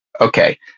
Okay